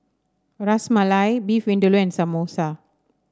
Ras Malai Beef Vindaloo and Samosa